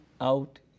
out